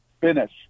finish